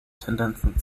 tendenzen